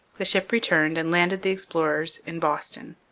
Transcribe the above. the ship returned and landed the explorers in boston.